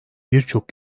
birçok